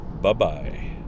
Bye-bye